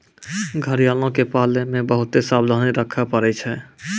घड़ियालो के पालै मे बहुते सावधानी रक्खे पड़ै छै